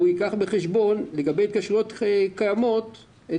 שהוא ייקח בחשבון לגבי התקשרויות קיימות את